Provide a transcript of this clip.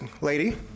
lady